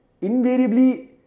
invariably